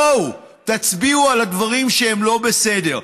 בואו, תצביעו על הדברים שהם לא בסדר.